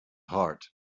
heart